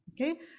Okay